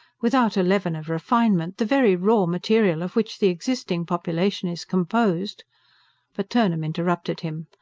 without a leaven of refinement, the very raw material of which the existing population is composed but turnham interrupted him.